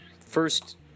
first